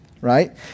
right